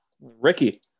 Ricky